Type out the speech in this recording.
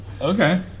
Okay